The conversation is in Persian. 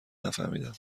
نفهمیدم